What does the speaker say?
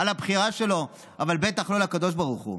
אבל בטח לא לקדוש ברוך הוא.